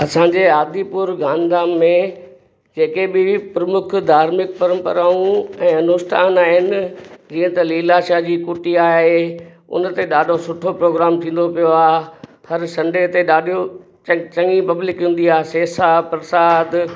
असांजे आदिपुर गांधी धाम में जेके बि प्रमुख धार्मिक परंपराऊं ऐं अनुष्ठान आहिनि जीअं त लीलाशाह जी कुटिया आहे उनते ॾाढो सुठो प्रोग्राम थींदो पियो आहे हर सनडे ते ॾाढो च चङी पब्लिक हूंदी आहे सेसा परसाद